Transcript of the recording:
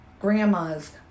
grandmas